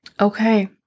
Okay